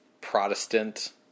Protestant